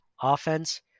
offense